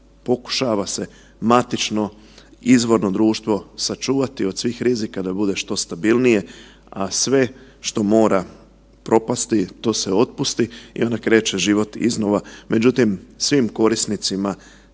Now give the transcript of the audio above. pokušava se matično izvorno društvo sačuvati od svih rizika da bude što stabilnije, a sve što mora propasti to se otpusti i onda kreće život iznova. Međutim, svim korisnicima